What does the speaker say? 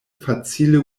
facile